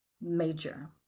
Major